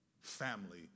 family